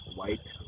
white